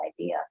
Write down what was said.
idea